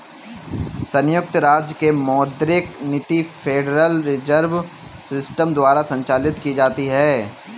संयुक्त राज्य की मौद्रिक नीति फेडरल रिजर्व सिस्टम द्वारा संचालित की जाती है